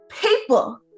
people